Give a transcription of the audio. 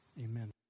Amen